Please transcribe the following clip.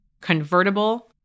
convertible